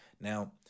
Now